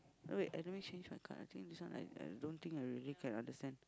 oh wait uh let me change my card I think this one I I don't think I really can understand